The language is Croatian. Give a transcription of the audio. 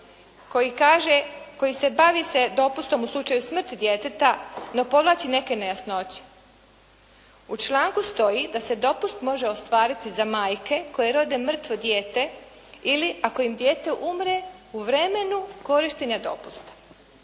koji bavi se dopustom u slučaju smrti djeteta, no povlači neke nejasnoće. U članku stoji da se dopust može ostvarit za majke koje rode mrtvo dijete ili ako im dijete umre u vremenu korištenja dopusta.